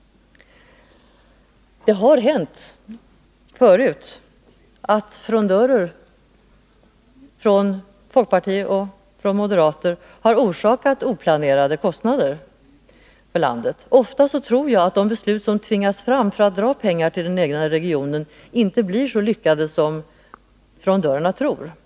Det har hänt förut att frondörer från folkpartiet och moderaterna orsakat oplanerade kostnader för landet. Ofta tror jag att de beslut som tvingas fram för att dra pengar till den egna regionen inte blir så lyckade som frondörerna tror.